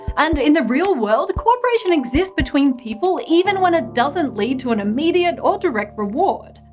and in the real world, cooperation exists between people, even when it doesn't lead to an immediate or direct reward.